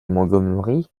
montgomery